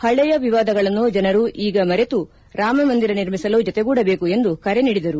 ಪಳೆಯ ವಿವಾದಗಳನ್ನು ಜನರು ಈಗ ಮರೆತು ರಾಮಮಂದಿರ ನಿರ್ಮಿಸಲು ಜೊತೆಗೂಡಬೇಕು ಎಂದು ಕರೆ ನೀಡಿದರು